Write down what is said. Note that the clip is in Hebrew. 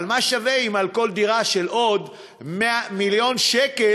אבל מה שווה אם לא על כל דירה של עוד מיליון שקל,